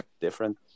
different